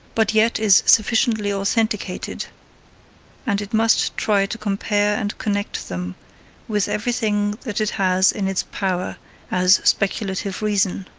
but yet is sufficiently authenticated and it must try to compare and connect them with everything that it has in its power as speculative reason.